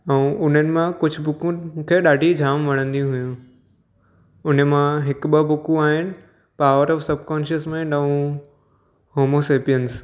ऐं उन्हनि मां कुझु बुकूं मूंखे ॾाढी जाम वणंदी हुयूं हुन मां हिकु ॿ बुकूं आहिनि पॉवर ऑफ सबकॉन्शियस माइंड ऐं होमोसैपियंस